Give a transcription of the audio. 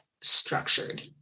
structured